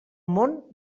món